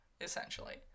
essentially